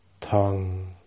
tongue